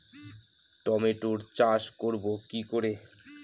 টমেটোর চাষ করব কি করে?